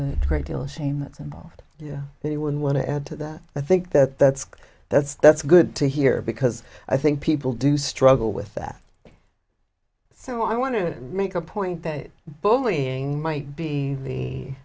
a great deal of shame that's involved you know that he would want to add to that i think that that's that's that's good to hear because i think people do struggle with that so i want to make a point that bullying might be the